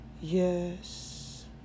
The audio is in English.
yes